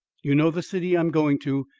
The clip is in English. you know the city i am going to.